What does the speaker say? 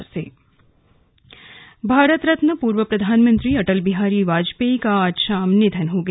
निधन भारत रत्न पूर्व प्रधानमंत्री अटल बिहारी वाजपेयी का आज शाम निधन हो गया